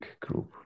group